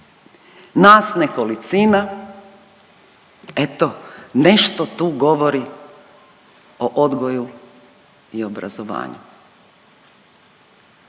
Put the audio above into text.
nas nekolicina eto nešto tu govori o odgoju i obrazovanju.